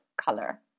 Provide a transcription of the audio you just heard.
color